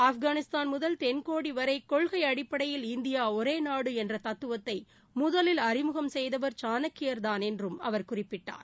ஆப்கானிஸ்தான் முதல் தென்கோடிவரை கொள்கை அடிப்படையில் இந்தியா ஒரே நாடு என்ற தத்துவத்தை முதலில் அறிமுகம் செய்தவர் சாணக்கியாதான் என்றும் அவர் குறிப்பிட்டார்